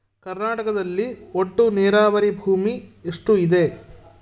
ಕರ್ನಾಟಕದಲ್ಲಿ ಒಟ್ಟು ನೇರಾವರಿ ಭೂಮಿ ಎಷ್ಟು ಇದೆ?